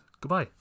goodbye